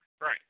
Right